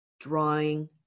drawing